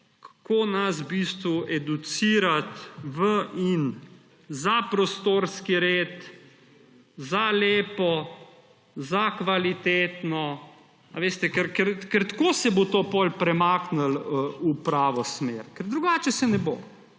v bistvu educirati v in za prostorski red, za lepo, za kvalitetno. Ker tako se bo to potem premaknilo v pravo smer, drugače se ne bo.